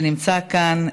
שנמצא כאן,